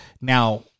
Now